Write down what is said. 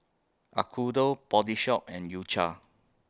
Acuto Body Shop and U Cha